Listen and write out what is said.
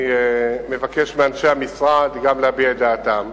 אני מבקש מאנשי המשרד גם להביע את דעתם.